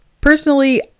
Personally